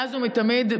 מאז ומתמיד,